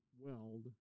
weld